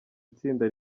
itsinda